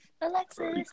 Alexis